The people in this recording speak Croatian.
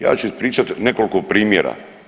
Ja ću ispričati nekoliko primjera.